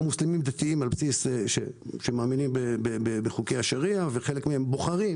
מוסלמים דתיים שמאמינים בחוקי השריעה וחלק מהם בוחרים